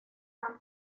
han